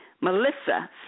Melissa